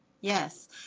yes